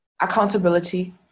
accountability